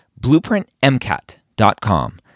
BlueprintMCAT.com